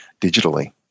digitally